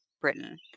Britain